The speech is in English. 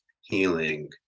healing